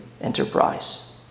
enterprise